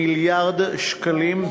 מיליארד שקלים,